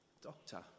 Doctor